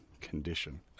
condition